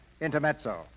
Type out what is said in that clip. Intermezzo